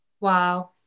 Wow